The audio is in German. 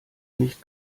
nicht